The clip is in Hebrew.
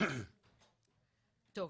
אז